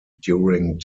during